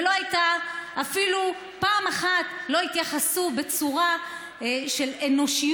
ואפילו פעם אחת לא התייחסו בצורה אנושית,